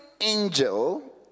angel